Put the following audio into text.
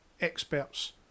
experts